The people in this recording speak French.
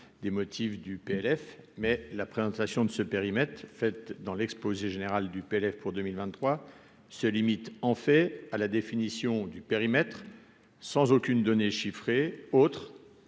des motifs du PLF mais la présentation de ce périmètre faites dans l'exposé général du PLF pour 2023 se limite en fait à la définition du périmètre sans aucune donnée chiffrée, autre